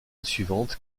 suivante